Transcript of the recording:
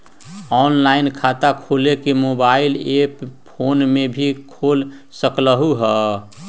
Online खाता खोले के मोबाइल ऐप फोन में भी खोल सकलहु ह?